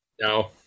No